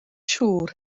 siŵr